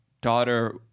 daughter